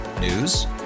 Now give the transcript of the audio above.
News